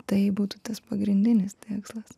tai būtų tas pagrindinis tikslas